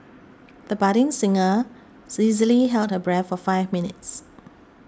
the budding singer easily held her breath for five minutes